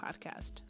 podcast